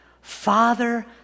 Father